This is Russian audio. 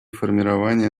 формирования